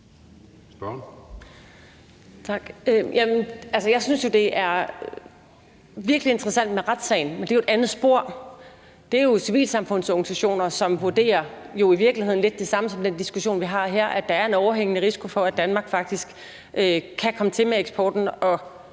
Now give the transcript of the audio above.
Jeg synes, det er virkelig interessant med retssagen, men det er jo et andet spor. Det er jo civilsamfundsorganisationer, som vurderer – i virkeligheden lidt det samme som i den diskussion, vi har her – at der er en overhængende risiko for, at Danmark faktisk kan komme til med eksporten